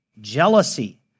jealousy